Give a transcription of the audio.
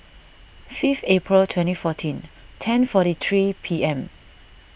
fifth April twenty fourteen ten two forty three P M